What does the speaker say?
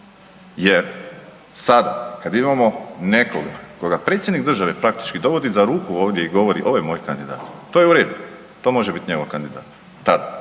jer sad kad imamo nekoga koga predsjednik države praktički dovodi za ruku ovdje i govori ovo je moj kandidat, to je u redu, to može biti njegov kandidat, tad,